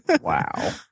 Wow